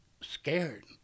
scared